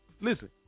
listen